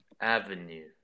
Avenue